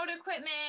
equipment